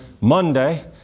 Monday